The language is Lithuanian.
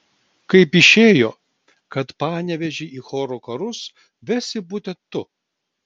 kaip išėjo kad panevėžį į chorų karus vesi būtent tu